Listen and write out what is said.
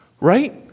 Right